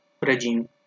regime